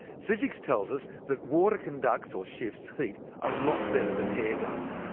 physics tells us that water conducts or shifts heat a lot better than air does.